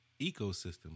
ecosystem